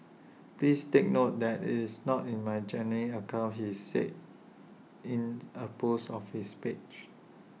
please take note that it's not in my genuine account he said in A post of his page